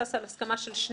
זה עוסק בעניין של הפחתה.